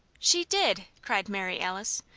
she did! cried mary alice.